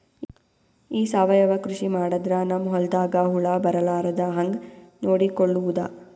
ಈ ಸಾವಯವ ಕೃಷಿ ಮಾಡದ್ರ ನಮ್ ಹೊಲ್ದಾಗ ಹುಳ ಬರಲಾರದ ಹಂಗ್ ನೋಡಿಕೊಳ್ಳುವುದ?